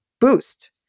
boost